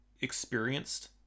experienced